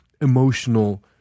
emotional